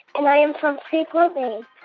and i am from freeport, maine.